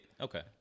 Okay